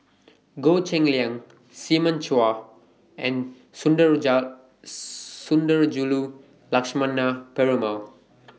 Goh Cheng Liang Simon Chua and Sundarajulu Lakshmana Perumal